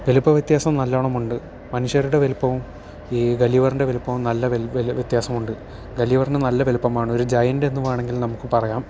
വലിപ്പവ്യത്യാസം നല്ലോണമുണ്ട് മനുഷ്യരുടെ വലുപ്പവും ഈ ഗലിവറിൻ്റെ വലുപ്പവും നല്ല വലിയ വ്യത്യാസമുണ്ട് ഗലിവറിന് നല്ല വലുപ്പമാണ് ഒരു ജയന്റ് എന്ന് വേണമെങ്കിൽ നമുക്ക് പറയാം